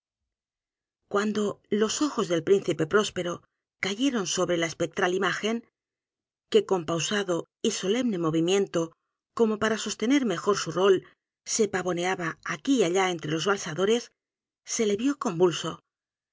cuando los ojos del príncipe próspero cayeron sobre la espectral imagen que con pausado y solemne movimiento como para sostener mejor su rol se pavoneaba aquí y allá entre los valsadores se le vio convulso